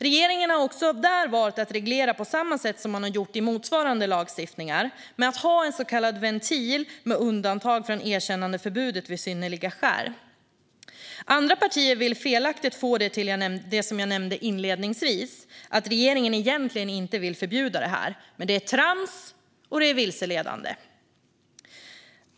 Regeringen har också där valt att reglera på samma sätt som man har gjort i motsvarande lagstiftningar - med att ha en så kallad ventil med undantag från erkännandeförbudet vid synnerliga skäl. Andra partier vill felaktigt få det till det jag nämnde inledningsvis: att regeringen egentligen inte vill förbjuda detta. Det är trams, och det är vilseledande.